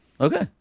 Okay